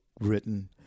written